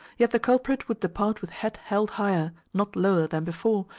yet the culprit would depart with head held higher, not lower, than before,